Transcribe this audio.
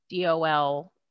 DOL